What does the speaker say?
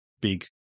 big